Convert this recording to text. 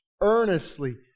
earnestly